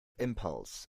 impulse